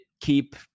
keep